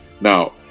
Now